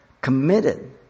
committed